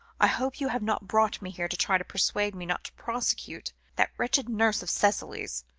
i hope you have not brought me here to try to persuade me not to prosecute that wretched nurse of cicely's.